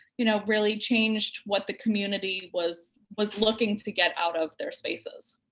you know, really changed what the community was was looking to get out of their spaces.